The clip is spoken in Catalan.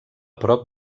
prop